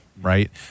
right